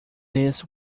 this